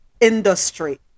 industry